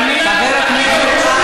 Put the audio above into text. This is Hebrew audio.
תני לי לדבר איתו, חבר הכנסת טיבי,